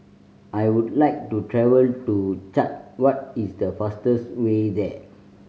I would like to travel to Chad what is the fastest way there